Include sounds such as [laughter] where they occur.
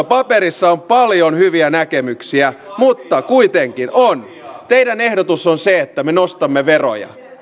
[unintelligible] paperissa on paljon hyviä näkemyksiä mutta kuitenkin teidän ehdotuksenne on se että me nostamme veroja